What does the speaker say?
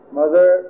mother